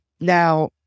now